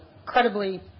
incredibly